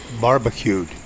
barbecued